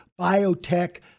biotech